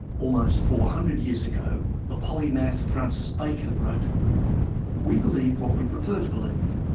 almost four hundred years ago the polymath francis bacon wrote we believe what we prefer to believe,